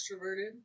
extroverted